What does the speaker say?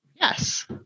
Yes